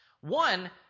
One